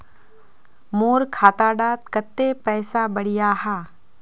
मोर खाता डात कत्ते पैसा बढ़ियाहा?